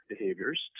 behaviors